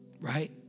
Right